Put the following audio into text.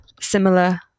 similar